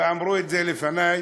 ואמרו את זה לפני,